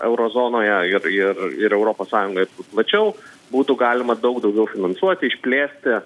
euro zonoje ir ir ir europos sąjungoje plačiau būtų galima daug daugiau finansuoti išplėsti